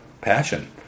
passion